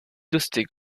lustig